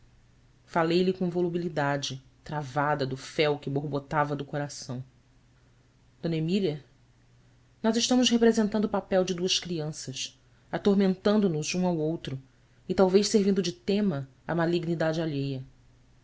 cicatrizá la falei-lhe com volubilidade travada do fel que borbotava do coração mília nós estamos representando o papel de duas crianças atormentando nos um ao outro e talvez servindo de tema à malignidade alheia